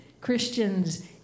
Christians